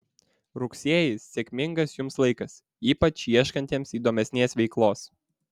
rugsėjis sėkmingas jums laikas ypač ieškantiems įdomesnės veiklos